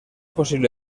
posible